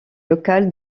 local